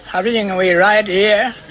everything we right yeah